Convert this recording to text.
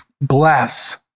bless